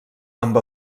amb